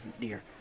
dear